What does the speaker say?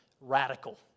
radical